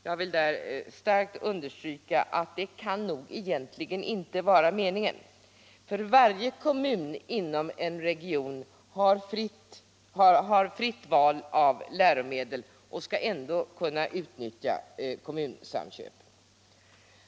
Jag vill starkt understyrka att det nog egentligen inte kan vara meningen. Varje kommun inom en region har fritt val mellan läromedel och skall ändå kunna utnyttja Kommunsamköp.